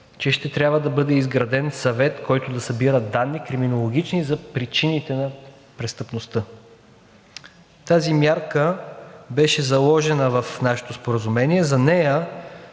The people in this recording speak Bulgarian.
че ще трябва да бъде изграден съвет, който да събира криминологични данни за причините на престъпността. Тази мярка беше заложена в нашето споразумение. За нея